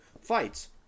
fights